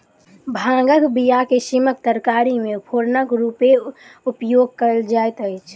भांगक बीया के सीमक तरकारी मे फोरनक रूमे उपयोग कयल जाइत अछि